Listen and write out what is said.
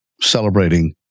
celebrating